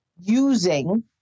using